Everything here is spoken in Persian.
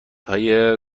های